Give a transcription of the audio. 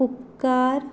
उपकार